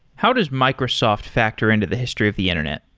how does microsoft factor into the history of the internet?